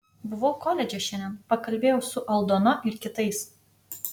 buvau koledže šiandien pakalbėjau su aldona ir kitais